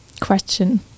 question